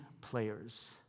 players